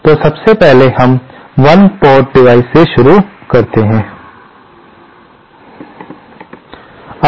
तो सबसे पहले हम 1 पोर्ट डिवाइस से शुरुआत करते हैं